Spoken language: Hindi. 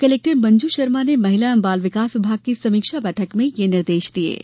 कलेक्टर मंजू शर्मा ने महिला एवं बाल विकास विभाग की समीक्षा बैठक में ये निर्देश दिये हैं